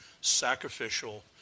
sacrificial